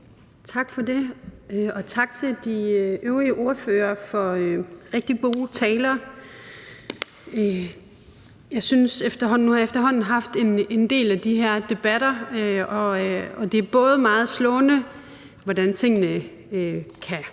Tak for det, og tak til de øvrige ordførere for nogle rigtig gode taler. Nu har jeg efterhånden haft en del af de her debatter, og jeg synes, at det er meget slående, hvordan tingene kan